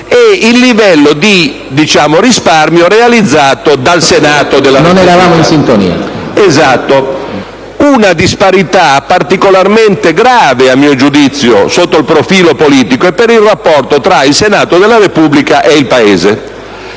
e il livello di risparmio realizzato dal Senato, rispetto al 2010. PRESIDENTE. Non eravamo in sintonia. MORANDO *(PD)*. Esatto. Era una disparità particolarmente grave, a mio giudizio, sotto il profilo politico e per il rapporto tra il Senato della Repubblica e il Paese.